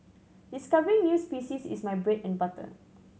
discovering new species is my bread and butter